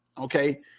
Okay